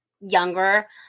younger